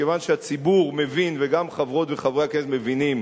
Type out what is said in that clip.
כיוון שהציבור מבין וגם חברות וחברי הכנסת מבינים